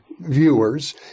viewers